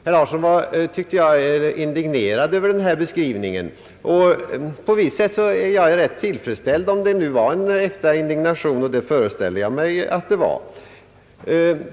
Herr Larsson var, tyckte jag, indignerad över denna beskrivning, och på visst sätt är jag tillfredsställd, om det nu var en äkta indignation, vilket jag föreställer mig att det var.